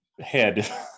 head